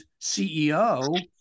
CEO